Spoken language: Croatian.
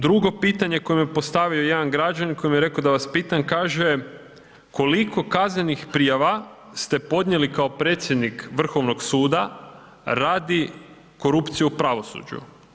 Drugo pitanje koje mi je postavio jedan građanin koji mi je rekao da vas pitam, kaže koliko kaznenih prijava ste podnijeli kao predsjednik Vrhovnog suda radi korupcije u pravosuđu.